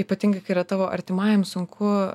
ypatingai kai yra tavo artimajam sunku